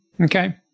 Okay